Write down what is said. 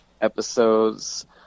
episodes